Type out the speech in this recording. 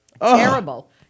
Terrible